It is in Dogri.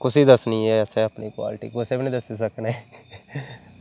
कुसी दस्सनी ऐ असें अपनी क्वालटी कुसै बी नी दस्सी सकने